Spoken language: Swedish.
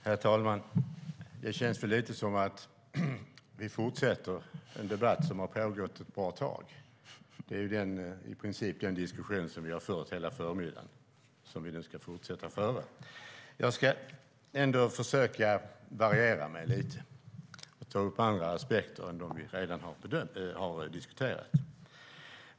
Herr talman! Det känns lite som om vi fortsätter en debatt som har pågått ett bra tag. Det är ju i princip den diskussion vi har fört hela förmiddagen som vi nu ska fortsätta föra. Jag ska försöka variera mig lite och ta upp andra aspekter än dem vi redan har diskuterat.